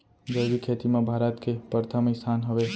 जैविक खेती मा भारत के परथम स्थान हवे